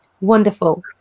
wonderful